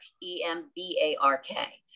E-M-B-A-R-K